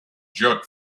jerk